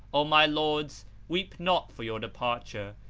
o my lords, weep not for your departure,